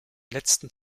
letzten